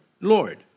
Lord